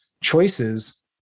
choices